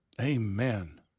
Amen